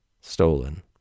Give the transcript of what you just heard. stolen